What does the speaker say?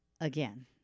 again